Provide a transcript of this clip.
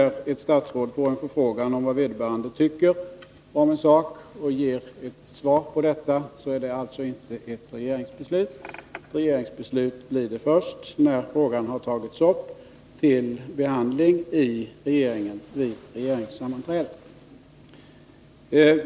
Granskningsarbeett statsråd får en förfrågan om vad vederbörande tycker om en sak och ger = tets omfattning ett svar är det alltså inte ett regeringsbeslut. Regeringsbeslut blir det först när — och inriktning, frågan tagits upp till behandling i regeringen vid regeringssammanträde.